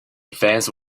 fence